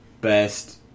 best